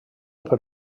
per